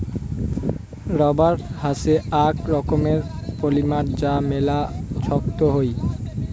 rubber হসে আক রকমের পলিমার যা মেলা ছক্ত হই